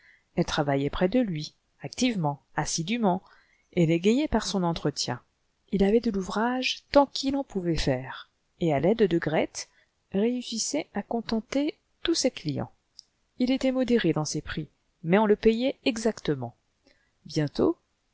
elle travaillait près de lui activement assidûment et l'égayait par son entretien il avait de l'ouvrage tant qu'il en pouvait faire et à l'aide de grethe réussissait à contenter tous ses clients il était modéré dans ses prix mais on le payait exactement bientôt